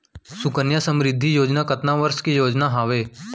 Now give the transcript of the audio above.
सुकन्या समृद्धि योजना कतना वर्ष के योजना हावे?